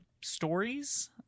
stories